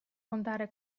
contare